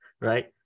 right